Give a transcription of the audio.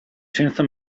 senza